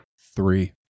Three